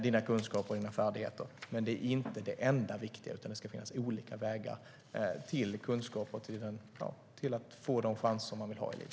Men det är inte det enda viktiga, utan det ska finnas chanser och olika vägar till kunskap.